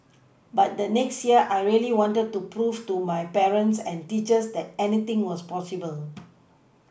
but the next year I really wanted to prove to my parents and teachers that anything was possible